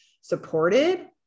supported